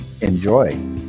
enjoy